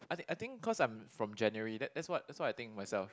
I think I think cause I'm from January that that's what that's what I think of myself